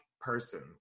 person